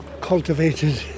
cultivated